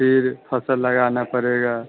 फिर फ़सल लगानी पड़ेगी